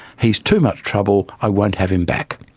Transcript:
he's too much trouble, i won't have him back.